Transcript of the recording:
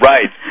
Right